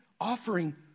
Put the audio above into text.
offering